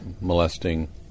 molesting